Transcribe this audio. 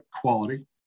quality